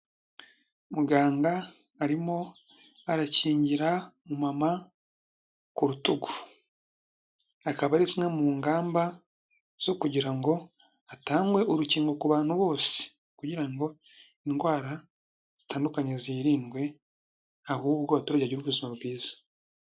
Muganga arimo arakingira umumama ku rutugu. Akaba ari zimwe mu ngamba zo kugira ngo hatangwe urukingo ku bantu bose. Kugira ngo indwara zitandukanye zirindwe ahubwo abaturage bagire ubuzima bwiza.